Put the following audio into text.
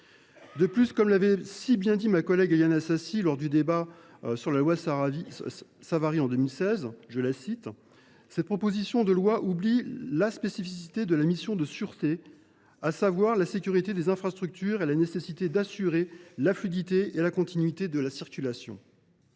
De plus, comme l’avait si bien dit notre ancienne collègue Éliane Assassi lors du débat sur la loi Savary :« Cette proposition de loi oublie la spécificité de la mission de sûreté, […] à savoir la sécurité des infrastructures et la nécessité d’assurer la fluidité et la continuité de la circulation.